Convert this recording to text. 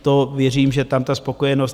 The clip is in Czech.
To věřím, že tam ta spokojenost je.